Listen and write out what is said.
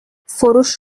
فروش